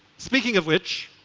speaking of which,